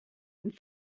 and